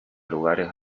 lugares